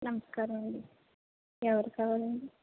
నమస్కారమండీ ఎవరు కావాలండీ